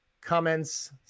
comments